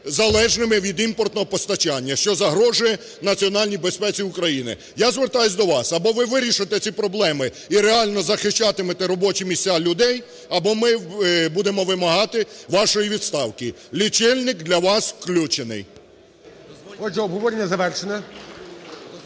залежними від імпортного постачання, що загрожує національній безпеці України. Я звертаюся до вас: або ви вирішите ці проблеми і реально захищатимемо робочі місця людей, або ми будемо вимагати вашої відставки. Лічильник для вас включений.